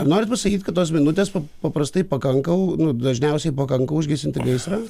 ar norit pasakyt kad tos minutės paprastai pakanka dažniausiai pakanka užgesinti gaisrą